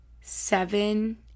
seven